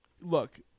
look